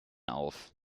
auf